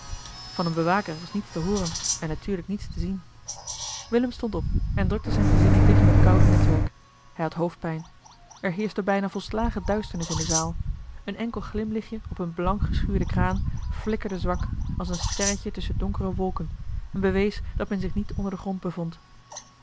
van een bewaker was niets te hooren en natuurlijk niets te zien willem stond op en drukte zijn gezicht tegen het koude netwerk hij had hoofdpijn er heerschte bijna volslagen duisternis in de zaal een enkel glimlichtje op eene blankgeschuurde kraan flikkerde zwak als een sterretje tusschen donkere wolken en bewees dat men zich niet onder den grond bevond